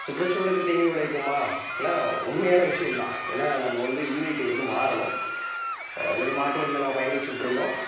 சுற்றுச்சூழலுக்குத் தீங்கு விளைவிக்குமானால் உண்மையான விஷயம் தான் ஏன்னால் நம்ம வந்து இ வெஹிக்கிலுக்கு வந்து மாறணும் முன்னாடி மாட்டுவண்டியில் நம்ம பயணித்துட்டு இருந்தோம்